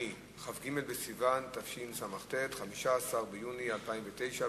תשס"ט (13 במאי 2009):